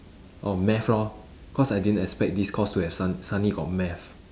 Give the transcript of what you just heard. orh maths lor cause I didn't expect this course to have sud~ suddenly got math